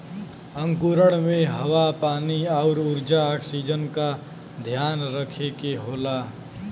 अंकुरण में हवा पानी आउर ऊर्जा ऑक्सीजन का ध्यान रखे के होला